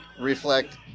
reflect